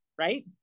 right